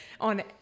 on